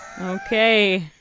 Okay